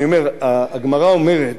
אני אומר: הגמרא אומרת,